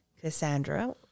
Cassandra